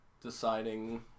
deciding